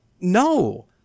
no